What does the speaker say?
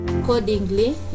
Accordingly